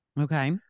Okay